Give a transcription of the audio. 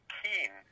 keen